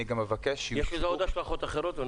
אני אבקש שיוצגו --- יש לזה עוד השלכות אחרות.